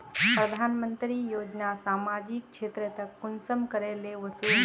प्रधानमंत्री योजना सामाजिक क्षेत्र तक कुंसम करे ले वसुम?